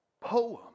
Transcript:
poem